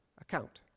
account